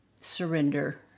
surrender